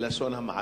בלשון המעטה.